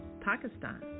Pakistan